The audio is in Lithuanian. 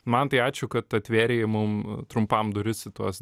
mantai ačiū kad atvėrei mum trumpam duris į tuos